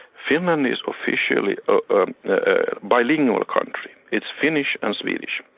finland is officially a bilingual country. it's finnish and swedish.